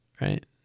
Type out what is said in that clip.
right